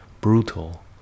brutal